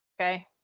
Okay